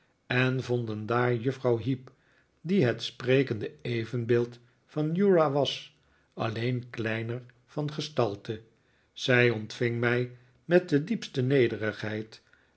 en vonden daar juffrouw heep die het sprekende evenbeeld van uriah was alleen kleiner van gestalte zij ontving mij met de diepste nederigheid